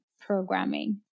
programming